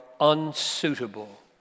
unsuitable